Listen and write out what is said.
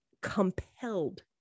compelled